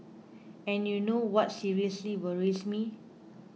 and you know what seriously worries me